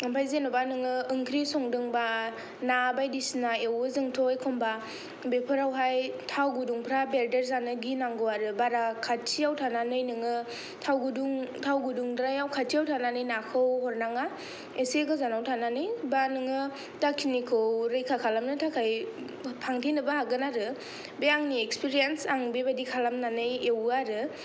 ओमफ्राय जेनोबा नोङो ओंख्रि संदोंबा ना बायदिसिना एवो जोंथ' एखम्बा बेफोरावहाय थाव गुदुंफ्रा बेरदेरजानो गिनांगौ आरो बारा खाथिआव थानानै नोङो थाव गुदुं थाव गुदुंद्रायाव खाथिआव थानानै नाखौ हरनाङा एसे गोजानाव थानानै बा नोङो दाखिनिखौ रैखा खालामनो थाखाय फांथेनोबो हागोन आरो बे आंनि एक्सपिरियेन्स आं बेबायदि खालामनानै एवो आरो